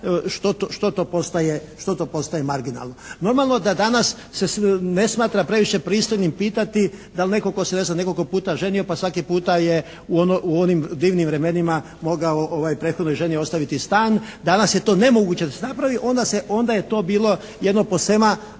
što to postaje marginalno. Normalno da danas se ne smatra previše pristojnim pitati da li netko tko se ne znam nekoliko puta ženio pa svaki puta je u onim divnim vremenima mogao prethodnoj ženi ostaviti stan, danas je to nemoguće da se napravi onda je to bilo jedno posvema